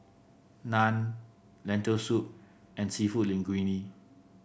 Naan Lentil Soup and seafood Linguine